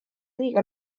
liiga